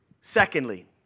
Secondly